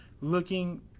looking